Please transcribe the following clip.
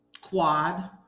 Quad